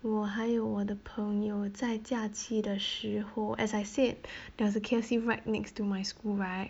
我还有我的朋友在假期的时候 as I said there was a K_F_C right next to my school right